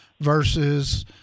versus